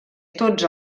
tots